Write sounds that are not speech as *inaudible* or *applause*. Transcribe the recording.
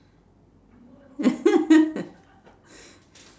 *laughs*